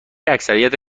اکثریت